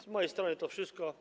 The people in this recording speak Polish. Z mojej strony to wszystko.